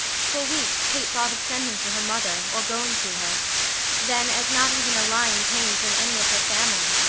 for weeks kate thought of sending for her mother, or going to her then as not even a line came from any of her family,